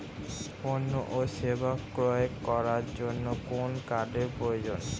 পণ্য ও সেবা ক্রয় করার জন্য কোন কার্ডের প্রয়োজন?